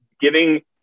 giving